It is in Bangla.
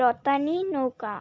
রতানী নৌকা